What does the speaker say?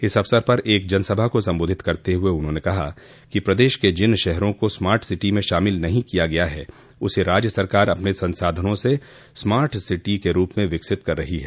इस अवसर पर एक जनसभा को सम्बोधित करते हुये उन्होंने कहा कि प्रदेश के जिन शहरों को स्मार्ट सिटी में शामिल नहीं किया गया है उसे राज्य सरकार अपने संसाधनों से स्मार्ट सिटी के रूप में विकसित कर रही है